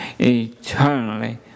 eternally